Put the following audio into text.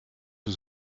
was